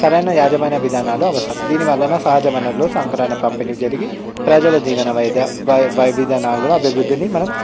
సరైన యాజమాన్య విధానాలు అవసరం దీని వలన సహజ వనరులు సంకనాన్ని పంపిణీ జరిగి ప్రజల జీవన వైద వై విధానాలు అభివృద్ధిని మనం